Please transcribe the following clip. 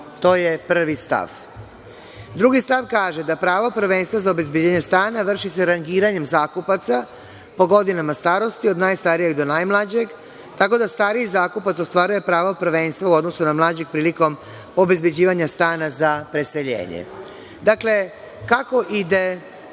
To je prvi stav. Drugi stav kaže da pravo prvenstva za obezbeđenje stana vrši se rangiranjem zakupaca po godinama starosti od najstarijeg do najmlađeg tako stariji zakupac ostvaruje pravo prvenstva u odnosu na mlađeg prilikom obezbeđivanja stana za preseljenje. Dakle, kako ide